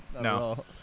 No